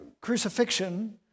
Crucifixion